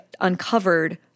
uncovered